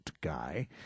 guy